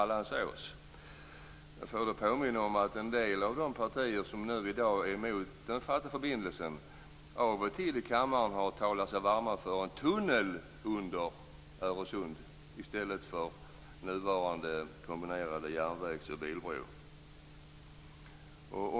Låt mig då påminna om att en del av de partier som i dag är emot den fasta förbindelsen av och till i kammaren har talat sig varma för en tunnel under Öresund i stället för den kombinerade järnvägs och bilbron.